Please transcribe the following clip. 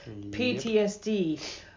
PTSD